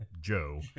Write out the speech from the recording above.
Joe